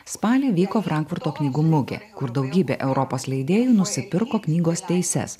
spalį vyko frankfurto knygų mugė kur daugybė europos leidėjų nusipirko knygos teises